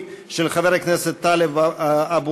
מאת חברת הכנסת שולי מועלם-רפאלי,